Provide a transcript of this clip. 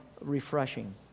refreshing